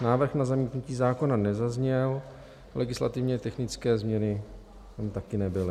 Návrh na zamítnutí zákona nezazněl, legislativně technické změny tam také nebyly.